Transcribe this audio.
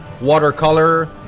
watercolor